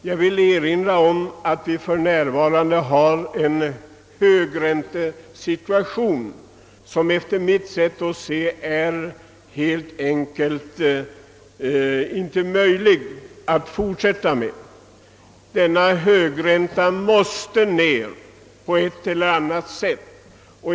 Jag vill erinra om att vi i dag har en högränta, som vi enligt min mening helt enkelt inte kan fortsätta att ha. Den höga räntan måste sänkas på ett eller annat sätt.